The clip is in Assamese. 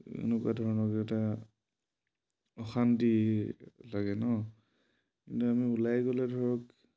এনেকুৱা ধৰণৰ এটা অশান্তি লাগে ন কিন্তু আমি ওলাই গ'লে ধৰক